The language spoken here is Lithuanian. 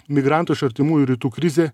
migrantų iš artimųjų rytų krizė